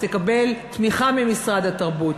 תקבל תמיכה ממשרד התרבות.